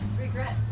regrets